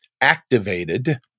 Activated